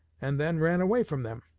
and then ran away from them!